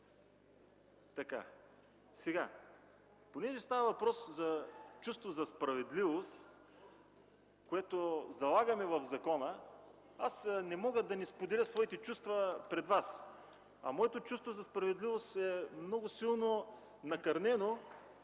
предложение. Понеже става въпрос за чувство за справедливост, което залагаме в закона, не мога да не споделя своите чувства пред Вас. Моето чувство за справедливост е много силно накърнено